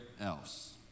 else